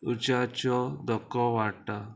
उजाच्यो धक्को वाडटा